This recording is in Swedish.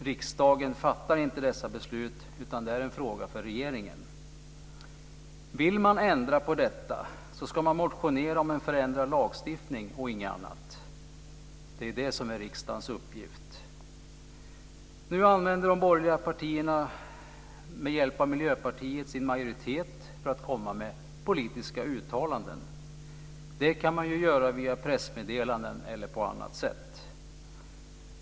Riksdagen fattar inte dessa beslut, utan det är en fråga för regeringen. Vill man ändra på detta ska man motionera om en förändrad lagstiftning och inget annat. Det är det som är riksdagens uppgift. Nu använder de borgerliga partierna med hjälp av Miljöpartiet sin majoritet för att komma med politiska uttalanden. Det kan man ju göra via pressmeddelanden eller på annat sätt.